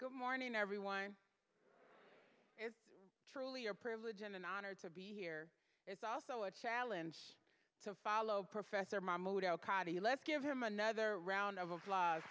good morning everyone it's truly a privilege and an honor to be here it's also a challenge to follow professor mahmoud let's give him another round of appl